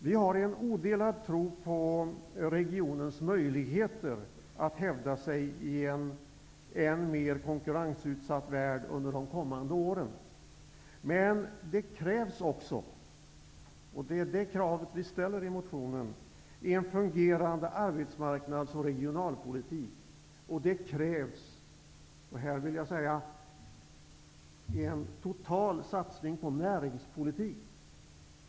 Vi har en odelad tro på regionens möjligheter att hävda sig i en än mer konkurrensutsatt värld under de kommande åren. Men det krävs också, vilket vi kräver i motionen, en fungerande arbetsmarknadsoch regionalpolitik. Och det krävs en total satsning på näringspolitiken.